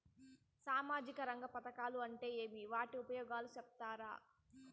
సామాజిక రంగ పథకాలు అంటే ఏమి? వాటి ఉపయోగాలు సెప్తారా?